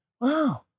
Wow